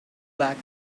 back